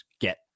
get